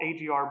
AGR